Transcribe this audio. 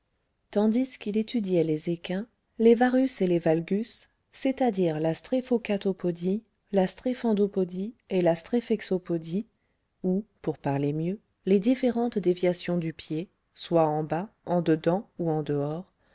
tandis qu'il étudiait les équins les varus et les valgus c'està-dire la stréphocatopodie la stréphendopodie et la stréphexopodie ou pour parler mieux les différentes déviations du pied soit en bas en dedans ou en dehors